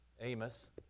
Amos